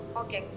okay